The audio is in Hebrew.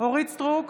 אורית מלכה סטרוק,